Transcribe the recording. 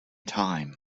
time